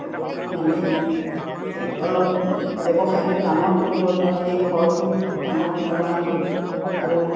মানে অলপ ব্যৱসায়টো ডাঙৰ কৰিবৰ কাৰণে ঘৰটো ডাঙৰকৈ বনালোঁ আৰু